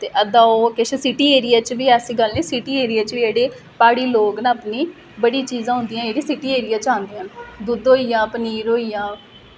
ते अद्धा ओह् किश सिटी एरिया बिच बी कोई ऐसी गल्ल निं सिटी एरिया च बी जेह्ड़े ओह् प्हाड़ी लोग न अपनी बड़ी चीजां होंदियां न जेह्ड़ियां सिटी एरिया च आंदियां न दुद्ध होइया पनीर होइया